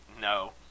No